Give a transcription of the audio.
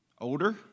older